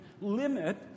limit